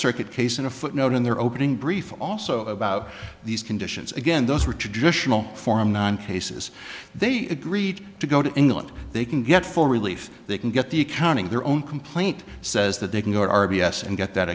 circuit case in a footnote in their opening brief also about these conditions again those were traditional form nine cases they agreed to go to england they can get full relief they can get the accounting their own complaint says that they can go at r b s and get that